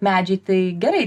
medžiai tai gerai